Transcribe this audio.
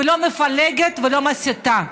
ולא מפלגת ולא מסיתה.